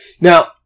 Now